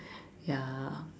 ya